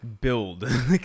build